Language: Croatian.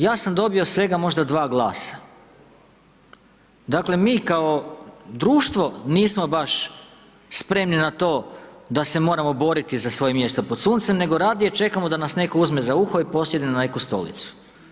Ja sam dobio svega možda dva glasa, dakle mi kao društvo nismo baš spremni na to da se moramo boriti za svoje mjesto pod suncem nego radije čekamo da nas netko uzme za uho i posjedne na neku stolicu.